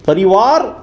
परिवार